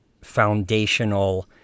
foundational